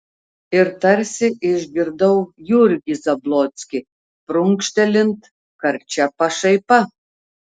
ir tarsi užgirdau jurgį zablockį prunkštelint karčia pašaipa